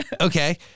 Okay